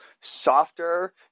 softer